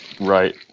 right